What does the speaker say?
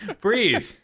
Breathe